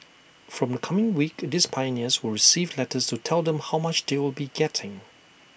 from the coming week these pioneers will receive letters to tell them how much they will be getting